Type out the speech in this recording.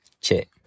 Check